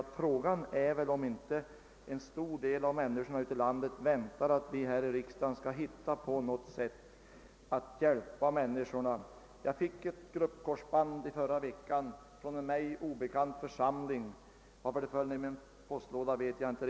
Men frågan är, om inte en stor del av människorna i detta land väntar att vi här i riksdagen skall finna något sätt att hjälpa dem. Jag fick i förra veckan som gruppkorsband en liten skrift från en för mig obekant församling; varför den hade lagts i min brevlåda vet jag inte.